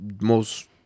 most-